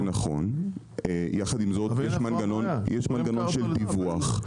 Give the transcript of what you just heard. יחד עם זאת יש מנגנון של פיקוח.